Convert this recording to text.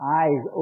eyes